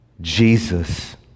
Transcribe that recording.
Jesus